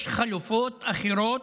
יש חלופות אחרות,